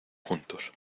juntos